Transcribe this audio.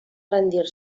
rendir